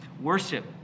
worship